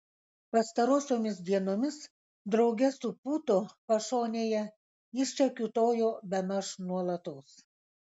pastarosiomis dienomis drauge su pūtu pašonėje jis čia kiūtojo bemaž nuolatos